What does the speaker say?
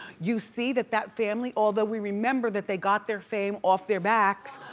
you see that that family, although we remember that they got their fame off their backs,